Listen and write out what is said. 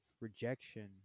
rejection